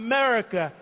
America